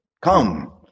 Come